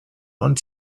und